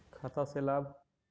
खाता से लाभ?